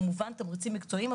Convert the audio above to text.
כמובן תמריצים מקצועיים,